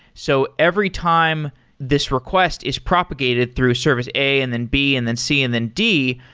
so every time this request is propagated through service a and then b and then c and then d,